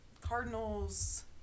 Cardinals